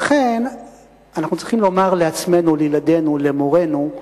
לכן אנחנו צריכים לומר לעצמנו, לילדינו, למורינו: